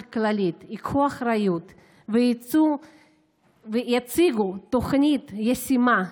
הכללית ייקחו אחריות ויציגו תוכנית ישימה,